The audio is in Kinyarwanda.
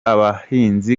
abahinzi